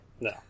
No